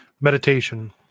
Meditation